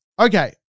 Okay